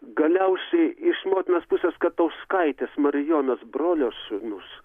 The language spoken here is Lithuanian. galiausiai iš motinos pusės katauskaitės marijonos brolio sūnus